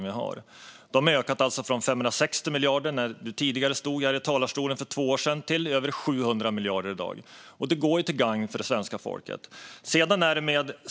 De har alltså ökat från 560 miljarder när ledamoten stod här i talarstolen för två år sedan till över 700 miljarder i dag, och det är till gagn för svenska folket.